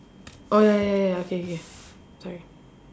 oh ya ya ya ya okay okay sorry